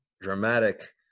dramatic